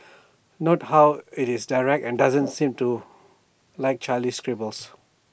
note how IT is direct and doesn't seem to like childish scribbles